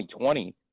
2020